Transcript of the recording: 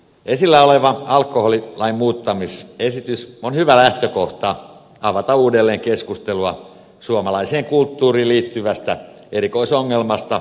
esillä oleva alkoholilain muuttamisesitys on hyvä lähtökohta avata uudelleen keskustelua suomalaiseen kulttuuriin liittyvästä erikoisongelmasta alkoholinkäytöstä